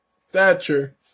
Thatcher